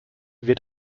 wird